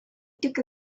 took